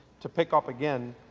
to pick up again,